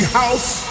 house